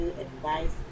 advice